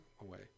away